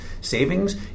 savings